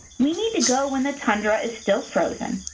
we need to go when the tundra is still frozen,